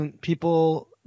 people